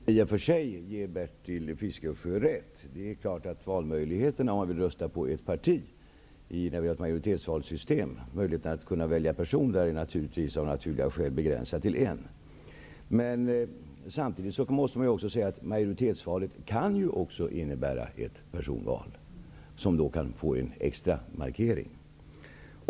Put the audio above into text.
Fru talman! När det gäller den sista frågan vill jag i och för sig ge Bertil Fiskesjö rätt. Det är klart att om man vill rösta på ett parti när man har ett majoritetsvalssystem är möjligheterna att kunna välja person av naturliga skäl begränsade till en. Men samtidigt måste man säga att majoritetsvalet också kan innebära ett personval, ett val som då får en extra markering.